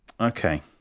Okay